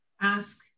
ask